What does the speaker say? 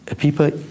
people